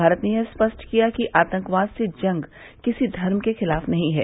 भारत ने यह स्पष्ट किया है कि आतंकवाद से जंग किसी धर्म के खिलाफ नहीं है